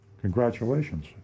congratulations